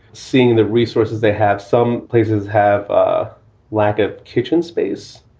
seeing the resources they have. some places have a lack of kitchen space.